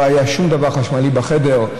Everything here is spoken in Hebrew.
לא היה שום דבר חשמלי בחדר,